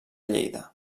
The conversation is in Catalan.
lleida